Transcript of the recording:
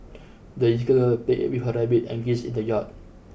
the little played with her rabbit and geese in the yard